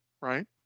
right